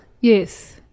Yes